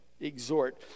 exhort